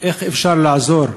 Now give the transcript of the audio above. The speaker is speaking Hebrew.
איך אפשר לעזור,